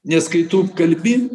nes kai tu kalbi